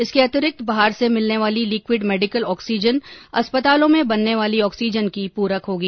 इसके अतिरिक्त बाहर से मिलने वाली लिक्विड मेडिकल ऑक्सीजन अस्पतालों में बनने वाली ऑक्सीजन की पूरक होगी